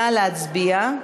נא להצביע.